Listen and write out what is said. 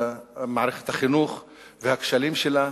מערכת החינוך והכשלים שלה,